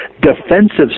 defensive